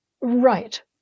Right